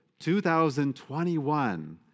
2021